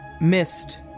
missed